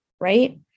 right